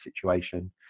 situation